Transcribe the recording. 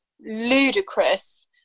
ludicrous